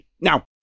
now